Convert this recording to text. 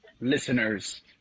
listeners